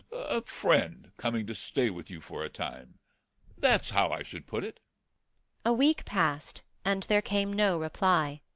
a friend coming to stay with you for a time that's how i should put it a week passed, and there came no reply.